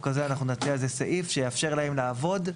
הזה אנחנו נציע איזשהו סעיף שיאפשר להן לעבוד.